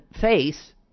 face